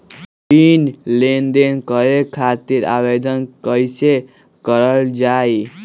ऋण लेनदेन करे खातीर आवेदन कइसे करल जाई?